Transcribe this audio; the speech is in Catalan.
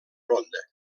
ronda